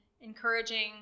encouraging